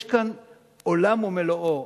יש כאן עולם ומלואו.